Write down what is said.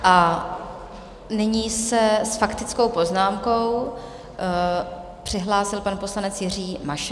A nyní se s faktickou poznámkou přihlásil pan poslanec Jiří Mašek.